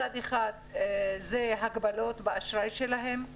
מצד אחד זה הגבלות באשראי שלהם,